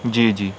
جی جی